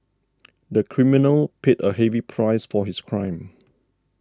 the criminal paid a heavy price for his crime